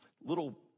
little